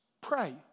Pray